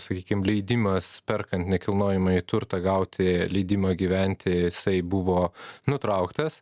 sakykim leidimas perkant nekilnojamąjį turtą gauti leidimą gyventi jisai buvo nutrauktas